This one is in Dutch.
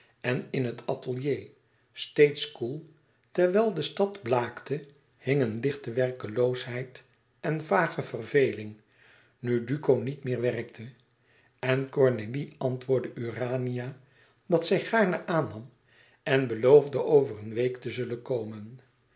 en in het atelier steeds koel terwijl de stad blaakte hing eene lichte werkeloosheid en vage verveling nu duco niet meer werkte en cornélie antwoordde urania dat zij gaarne aan nam en beloofde over een week te zullen komen